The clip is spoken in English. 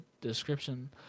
description